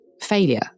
failure